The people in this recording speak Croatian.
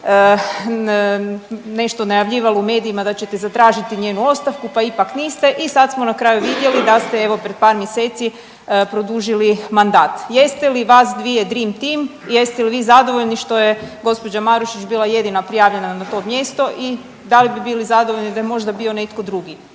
nešto najavljivalo u medijima da ćete zatražiti njenu ostavku pa ipak niste i sad smo na kraju vidjeli da ste evo pred par mjeseci produžili mandat. Jeste li vas dvije dream team, jeste li vi zadovoljni što je gospođa Marušić bila jedina prijavljena na to mjesto i da li bi bili zadovoljni da je možda bio netko drugi,